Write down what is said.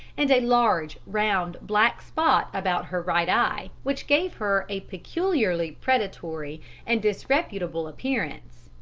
and a large, round, black spot about her right eye, which gave her a peculiarly predatory and disreputable appearance.